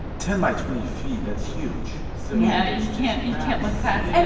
ten by twenty feet that's huge so yeah, you can't you can't look past and